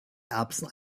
erbsen